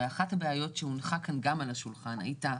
הרי אחת הבעיות שהונחה כאן גם על השולחן הייתה